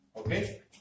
Okay